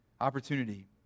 opportunity